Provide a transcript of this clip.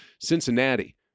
Cincinnati